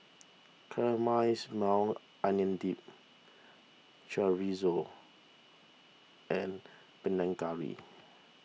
Caramelized Maui Onion Dip Chorizo and Panang Curry